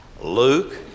Luke